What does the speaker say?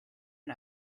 and